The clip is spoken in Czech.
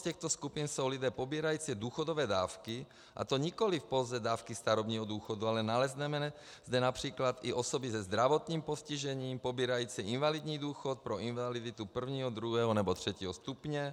Jednou z těchto skupin jsou lidé pobírající důchodové dávky, a to nikoliv pouze dávky starobního důchodu, ale nalezneme zde například i osoby se zdravotním postižením pobírající invalidní důchod pro invaliditu prvního, druhého nebo třetího stupně.